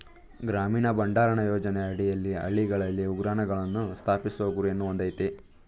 ಗ್ರಾಮೀಣ ಭಂಡಾರಣ ಯೋಜನೆ ಅಡಿಯಲ್ಲಿ ಹಳ್ಳಿಗಳಲ್ಲಿ ಉಗ್ರಾಣಗಳನ್ನು ಸ್ಥಾಪಿಸುವ ಗುರಿಯನ್ನು ಹೊಂದಯ್ತೆ